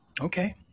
Okay